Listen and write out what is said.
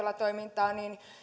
tai ravintolatoimintaa niin